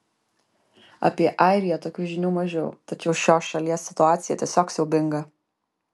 apie airiją tokių žinių mažiau tačiau šios šalies situacija tiesiog siaubinga